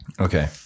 Okay